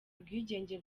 ubwigenge